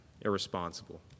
irresponsible